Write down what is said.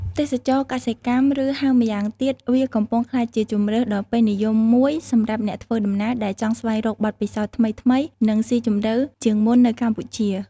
ទេសចរណ៍កសិកម្ម ឬហៅម្យ៉ាងទៀត វាកំពុងក្លាយជាជម្រើសដ៏ពេញនិយមមួយសម្រាប់អ្នកធ្វើដំណើរដែលចង់ស្វែងរកបទពិសោធន៍ថ្មីៗនិងស៊ីជម្រៅជាងមុននៅកម្ពុជា។